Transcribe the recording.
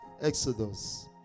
Exodus